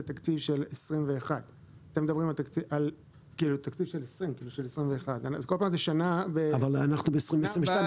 התקציב של שנת 2021. אבל אנחנו ב-2022,